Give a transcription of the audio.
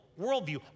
worldview